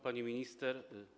Pani Minister!